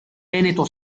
veneto